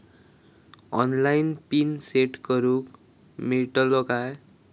Online PIN set करूक मेलतलो काय?